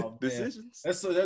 Decisions